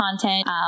content